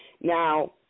Now